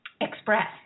express